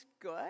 good